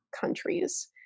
countries